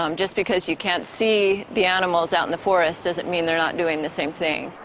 um just because you can't see the animals out in the forest doesn't mean they're not doing the same thing.